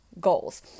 goals